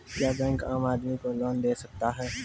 क्या बैंक आम आदमी को लोन दे सकता हैं?